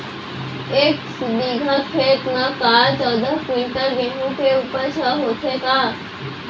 एक बीघा खेत म का चौदह क्विंटल गेहूँ के उपज ह होथे का?